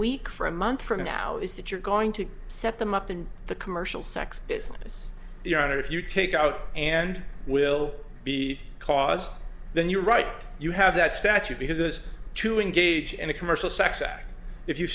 week for a month from now is that you're going to set them up in the commercial sex business unit if you take out and will be because then you're right you have that stature because it has to engage in a commercial sex act if you